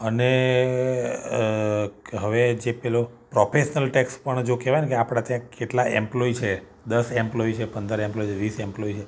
અને હવે જે પેલો પ્રોફેશનલ ટૅક્સ્ પણ જો કહેવાયને કે આપણે ત્યાં કેટલા એમ્પ્લૉઇ છે દસ એમ્પ્લૉઇ છે પંદર એમ્પ્લૉઇ છે વીસ એમ્પ્લૉઇ છે